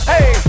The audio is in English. Hey